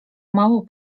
mało